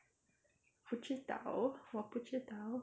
不知道我不知道